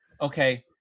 Okay